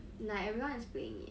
like everyone is playing